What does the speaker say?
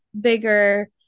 bigger